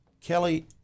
Kelly